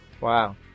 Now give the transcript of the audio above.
Wow